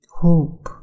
hope